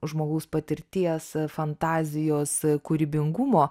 žmogaus patirties fantazijos kūrybingumo